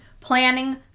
planning